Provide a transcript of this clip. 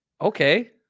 Okay